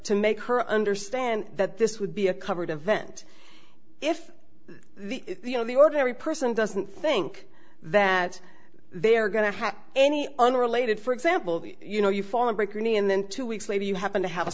to make her understand that this would be a covered event if the ordinary person doesn't think that they're going to have any unrelated for example you know you fall and break your knee and then two weeks later you happen to have a